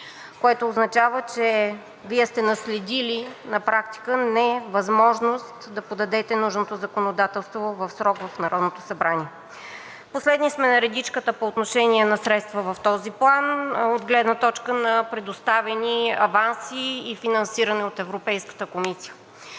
което означава, че Вие сте наследили на практика невъзможност да подадете нужното законодателство в срок в Народното събрание. Последни сме на редичката по отношение на средства в този план от гледна точка на предоставени аванси и финансиране от Европейската комисия.